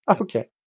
Okay